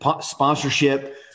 sponsorship